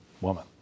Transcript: woman